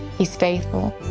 he's faithful.